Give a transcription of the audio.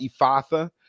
Ephatha